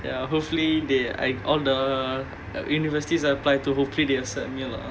ya hopefully they I all the universities I apply to hopefully they accept me lah